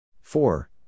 four